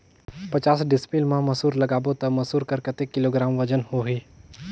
पचास डिसमिल मा मसुर लगाबो ता मसुर कर कतेक किलोग्राम वजन होही?